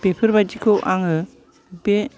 बेफोरबायदिखौ आङो बे